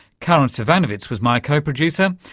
karin zsivanovits was my co-producer.